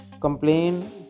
Complain